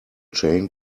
chain